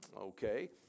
Okay